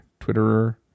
twitterer